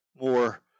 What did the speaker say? more